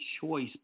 choice